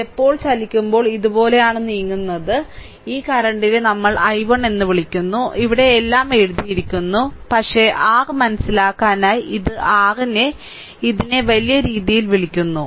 ഇത് എപ്പോൾ ചലിക്കുമ്പോൾ ഇതുപോലെയാണ് നീങ്ങുന്നത് ഈ കറന്റിനെ നമ്മൾ I1 എന്ന് വിളിക്കുന്നു ഇവിടെ എല്ലാം എഴുതിയിരിക്കുന്നു പക്ഷേ r മനസ്സിലാക്കലിനായി ഇത് r നെ ഇതിനെ വലിയ രീതിയിൽ വിളിക്കുന്നു